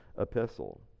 epistle